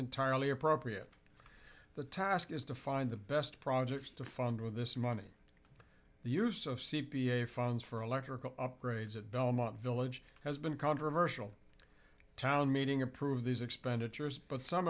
entirely appropriate the task is to find the best projects to fund with this money the use of c p a funds for electrical upgrades at belmont village has been a controversial town meeting approve these expenditures but some